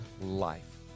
life